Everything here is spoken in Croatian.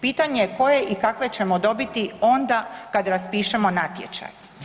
Pitanje je koje i kakve ćemo dobiti onda kad raspišemo natječaj.